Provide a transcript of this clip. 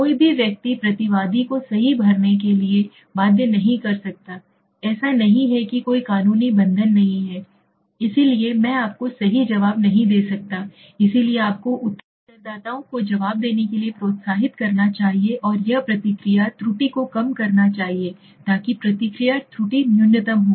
कोई भी व्यक्ति प्रतिवादी को सही भरने के लिए बाध्य नहीं कर सकता ऐसा नहीं है कि कोई कानूनी बंधन नहीं है इसलिए मैं आपको सही जवाब नहीं दे सकता इसलिए आपको उत्तरदाताओं जवाब देने के लिए प्रोत्साहित करना चाहिए और यह प्रतिक्रिया त्रुटि को कम करना चाहिए ताकि प्रतिक्रिया त्रुटि न्यूनतम हो